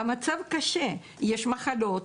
המצב קשה, יש מחלות.